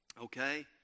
okay